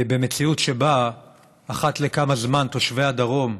במציאות שבה אחת לכמה זמן תושבי הדרום,